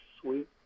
sweet